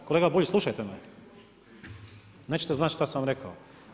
Kolega Bulj, slušajte me, nećete znati što sam rekao.